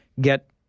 get